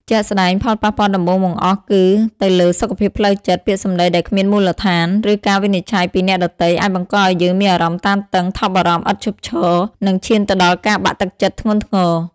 ជាក់ស្ដែង ផលប៉ះពាល់ដំបូងបង្អស់គឺទៅលើសុខភាពផ្លូវចិត្ត ពាក្យសម្ដីដែលគ្មានមូលដ្ឋាន ឬការវិនិច្ឆ័យពីអ្នកដទៃអាចបង្កឱ្យយើងមានអារម្មណ៍ តានតឹង ថប់បារម្ភឥតឈប់ឈរ និងឈានទៅដល់ការបាក់ទឹកចិត្ត ធ្ងន់ធ្ងរ។